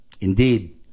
Indeed